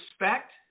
respect